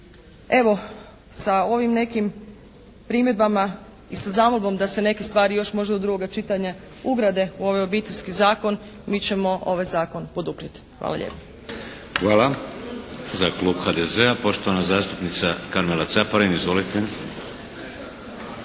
Evo, sa ovim nekim primjedbama i sa zamolbom da se neke stvari možda još do drugoga čitanja ugrade u ovaj Obiteljski zakon mi ćemo ovaj zakon poduprijeti. Hvala lijepo. **Šeks, Vladimir (HDZ)** Hvala. Za klub HDZ-a poštovana zastupnica Karmela Caparin. Izvolite.